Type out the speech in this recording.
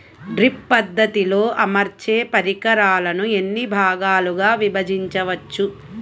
Drip పద్ధతిలో అమర్చే పరికరాలను ఎన్ని భాగాలుగా విభజించవచ్చు?